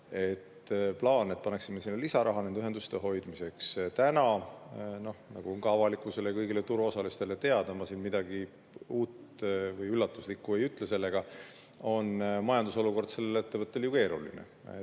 Siis me paneksime sinna lisaraha nende ühenduste hoidmiseks. Täna, nagu on avalikkusele ja kõigile turuosalistele teada – ma siin midagi uut või üllatuslikku ei ütle sellega –, on majandusolukord sellele ettevõttele keeruline.